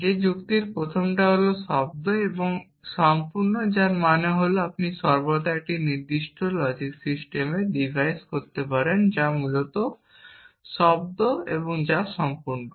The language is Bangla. যে যুক্তির প্রথমটি হল শব্দ এবং সম্পূর্ণ যার মানে আপনি সর্বদা একটি নির্দিষ্ট লজিক সিস্টেমের ডিভাইস করতে পারেন যা শব্দ এবং যা সম্পূর্ণ